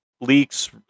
leaks